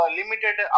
limited